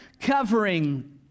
covering